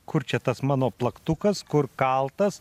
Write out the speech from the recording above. kur čia tas mano plaktukas kur kaltas